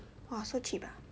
!wah! so cheap ah